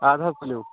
اَدٕ حظ تُلِو